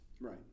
right